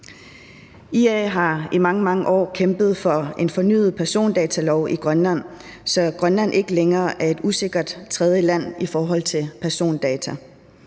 IA har i mange, mange år kæmpet for en fornyet persondatalov i Grønland, så Grønland ikke længere er et usikkert tredjeland i forhold til persondata.